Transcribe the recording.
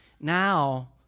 now